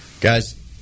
Guys